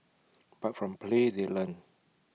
but from play they learn